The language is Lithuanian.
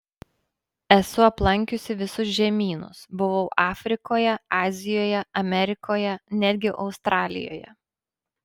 esu aplankiusi visus žemynus buvau afrikoje azijoje amerikoje netgi australijoje